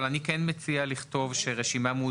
אבל אני כן מציע לכתוב שרשימה,